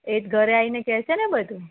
એ ઘરે આવીને કહે છેને બધું